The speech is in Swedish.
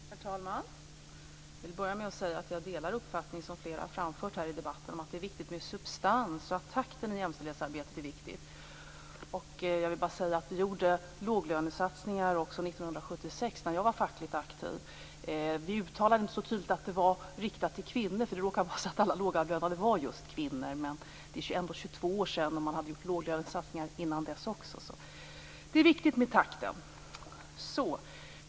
Herr talman! Jag vill börja med att säga att jag delar den uppfattning som flera har framfört här i debatten om att det är viktigt med substans i jämställdhetsarbetet och att takten i jämställdhetsarbetet är viktig. Vi gjorde låglönesatsningar även 1976 när jag var fackligt aktiv. Vi uttalade inte så tydligt att det var riktat till kvinnor eftersom det råkade vara så att alla lågavlönade var just kvinnor. Det är ändå 22 år sedan, och man hade gjort låglönesatsningar innan dess också. Det är viktigt med takten.